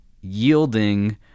yielding